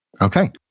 Okay